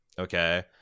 Okay